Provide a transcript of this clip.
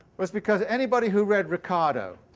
was because anybody who read ricardo